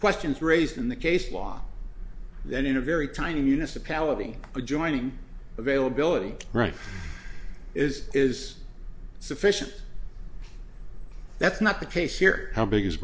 questions raised in the case law that in a very tiny municipality adjoining availability right is is sufficient that's not the case here how big is